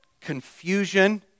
confusion